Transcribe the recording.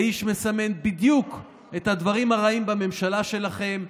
האיש מסמן בדיוק את הדברים הרעים בממשלה שלכם,